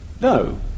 no